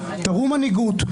תראו מנהיגות,